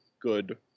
good